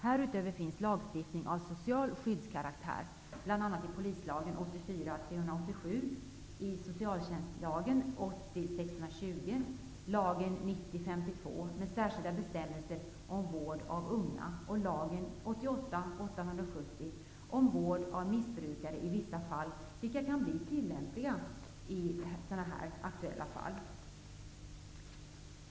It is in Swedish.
Härutöver finns lagstiftning av social skyddskaraktär, bl.a. i polislagen 1984:387, i socialtjänstlagen 1980:620, i lagen 1990:52 med särskilda bestämmelser om vård av unga och lagen 1988:870 om vård av missbrukare i vissa fall, vilka kan bli tillämpliga i sådana här aktuella fall.